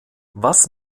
was